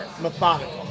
methodical